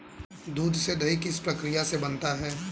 दूध से दही किस प्रक्रिया से बनता है?